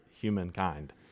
humankind